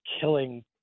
killing